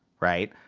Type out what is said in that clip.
right?